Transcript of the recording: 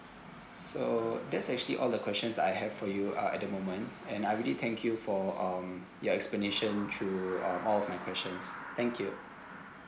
so that's actually all the questions that I have for you uh at the moment and I really thank you for um your explanation to uh all of my questions thank you